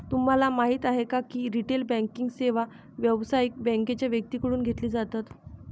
तुम्हाला माहिती आहे का की रिटेल बँकिंग सेवा व्यावसायिक बँकांच्या व्यक्तींकडून घेतली जातात